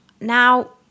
Now